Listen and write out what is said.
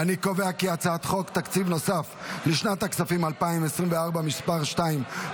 אני קובע כי הצעת חוק תקציב נוסף לשנת הכספים 2024 (מס' 2),